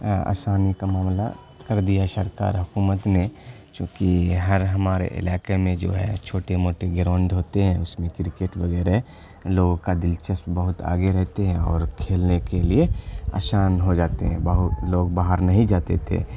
آسانی کا معاملہ کر دیا سرکار حکومت نے چونکہ ہر ہمارے علاقے میں جو ہے چھوٹے موٹے گراؤنڈ ہوتے ہیں اس میں کرکٹ وغیرہ لوگوں کا دلچسپ بہت آگے رہتے ہیں اور کھیلنے کے لیے آسان ہو جاتے ہیں بہت لوگ باہر نہیں جاتے تھے